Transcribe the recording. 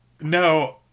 No